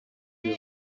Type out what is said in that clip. sie